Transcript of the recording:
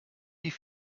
die